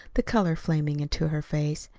the color flaming into her face.